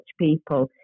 people